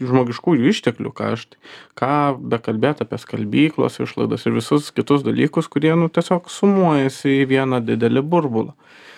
žmogiškųjų išteklių kaštai ką bekalbėti apie skalbyklos išlaidas ir visus kitus dalykus kurie nu tiesiog sumuojasi į vieną didelį burbulą